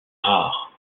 rare